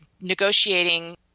negotiating